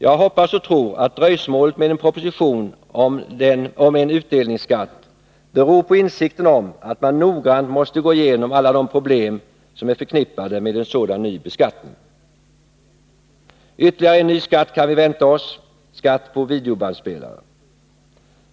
Jag hoppas och tror att dröjsmålet med en proposition om en utdelningsskatt beror på insikten om att man noggrant måste gå igenom alla de problem som är förknippade med en sådan ny beskattning. Ytterligare en ny skatt kan vi vänta oss — skatt på videobandspelare.